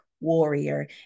warrior